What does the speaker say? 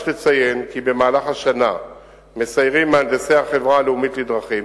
יש לציין כי במהלך השנה מסיירים מהנדסי החברה הלאומית לדרכים,